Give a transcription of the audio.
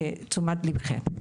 לתשומת ליבכם.